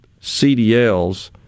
CDLs